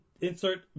insert